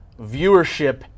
viewership